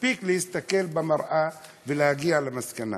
מספיק להסתכל במראה ולהגיע למסקנה.